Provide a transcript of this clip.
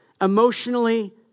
emotionally